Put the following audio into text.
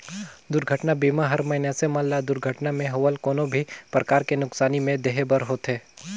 दुरघटना बीमा हर मइनसे मन ल दुरघटना मे होवल कोनो भी परकार के नुकसानी में देहे बर होथे